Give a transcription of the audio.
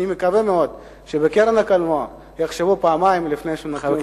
אני מקווה מאוד שבקרן הקולנוע יחשבו פעמיים לפני שייתנו לו את הכסף.